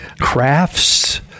crafts